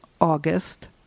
August